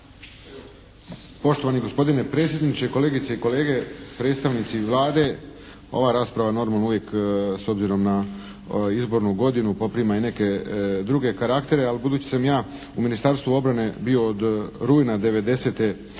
Poštovani gospodine predsjedniče, kolegice i kolege, predstavnici Vlade. Ova rasprava normalno uvijek s obzirom na izbornu godinu poprima i neke druge karaktere. Ali budući sam ja u Ministarstvu obrane bio od rujna devedesete